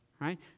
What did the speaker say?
right